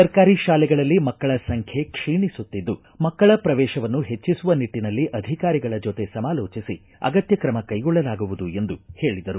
ಸರ್ಕಾರಿ ಶಾಲೆಗಳಲ್ಲಿ ಮಕ್ಕಳ ಸಂಖ್ಯೆ ಕ್ಷೀಣಿಸುತ್ತಿದ್ದು ಮಕ್ಕಳ ಪ್ರವೇಶವನ್ನು ಹೆಚ್ಚಿಸುವ ನಿಟ್ಟನಲ್ಲಿ ಅಧಿಕಾರಗಳ ಜೊತೆ ಸಮಾಲೋಚಿಸಿ ಅಗತ್ಯ ಕ್ರಮ ಕೈಗೊಳ್ಳಲಾಗುವುದು ಎಂದು ಹೇಳಿದರು